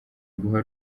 guha